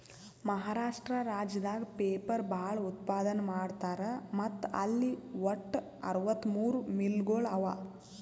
ಮಹಾರಾಷ್ಟ್ರ ರಾಜ್ಯದಾಗ್ ಪೇಪರ್ ಭಾಳ್ ಉತ್ಪಾದನ್ ಮಾಡ್ತರ್ ಮತ್ತ್ ಅಲ್ಲಿ ವಟ್ಟ್ ಅರವತ್ತಮೂರ್ ಮಿಲ್ಗೊಳ್ ಅವಾ